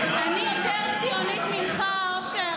אני יותר ציונית ממך, אושר.